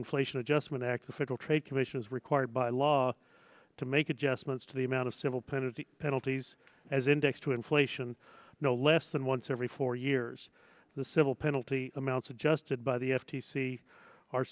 inflation adjustment act the federal trade commission is required by law to make adjustments to the amount of civil penalty penalties as indexed to inflation no less than once every four years the civil penalty amounts of justed by the f t c are